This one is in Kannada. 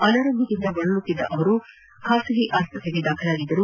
ಅನಾರೋಗ್ಯದಿಂದ ಬಳಲುತ್ತಿದ್ದ ಅವರು ನಗರದ ಖಾಸಗಿ ಆಸ್ಪತ್ರೆಗೆ ದಾಖಲಾಗಿದ್ದರು